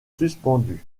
suspendues